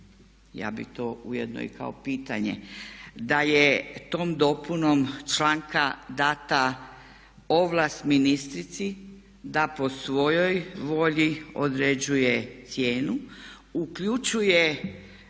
ja bi to ujedno i kao pitanje da je tom dopunom članka data ovlast ministrici da po svojoj volji određuje cijenu, uključuje